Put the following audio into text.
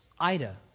Ida